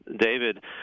David